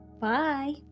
Bye